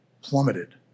plummeted